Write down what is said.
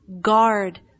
guard